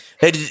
Hey